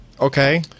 Okay